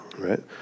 right